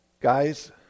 Guys